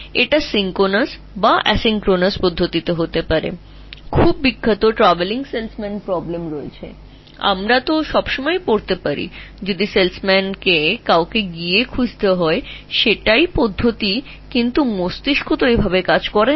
এটি synchronous উপায়ে বা asynchronous উপায়ে ঘটতে পারে একটি খুব বিখ্যাত traveling salesman problem আছে আমরা সর্বদা এটি পড়তে পারি যদি সেলসম্যানকে খুঁজে পেতে হয় তবে কাউকে খুঁজে বের করতে হবে কারণ এটি প্রক্রিয়া তবে মস্তিষ্ক এইভাবে কাজ করে না